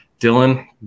Dylan